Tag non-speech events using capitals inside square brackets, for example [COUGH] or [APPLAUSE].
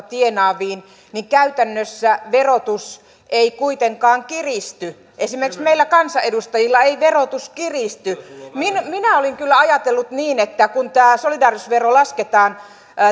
[UNINTELLIGIBLE] tienaaviin niin käytännössä verotus ei kuitenkaan kiristy esimerkiksi meillä kansanedustajilla ei verotus kiristy minä minä olin kyllä ajatellut niin että kun tämä solidaarisuusvero lasketaan